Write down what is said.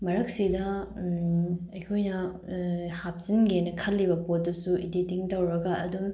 ꯃꯔꯛꯁꯤꯗ ꯑꯩꯈꯣꯏꯅ ꯍꯥꯞꯆꯤꯟꯒꯦꯅ ꯈꯜꯂꯤꯕ ꯄꯣꯠꯇꯨꯁꯨ ꯏꯗꯤꯇꯤꯡ ꯒꯇꯧꯔꯒ ꯑꯗꯨꯝ